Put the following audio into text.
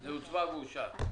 זה הוצבע ואושר.